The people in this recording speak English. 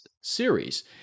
series